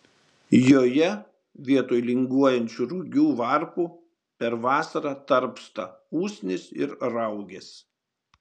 joje vietoj linguojančių rugių varpų per vasarą tarpsta usnys ir raugės